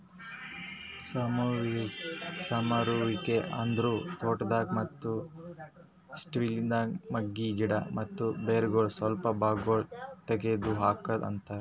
ಸಮರುವಿಕೆ ಅಂದುರ್ ತೋಟದಾಗ್, ಮತ್ತ ಸಿಲ್ವಿದಾಗ್ ಮಗ್ಗಿ, ಗಿಡ ಮತ್ತ ಬೇರಗೊಳ್ ಸ್ವಲ್ಪ ಭಾಗಗೊಳ್ ತೆಗದ್ ಹಾಕದ್ ಅಂತರ್